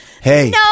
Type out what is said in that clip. Hey